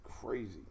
crazy